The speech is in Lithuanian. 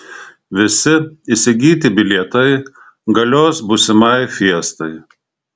visi įsigyti bilietai galios būsimai fiestai